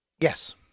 Yes